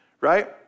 right